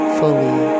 fully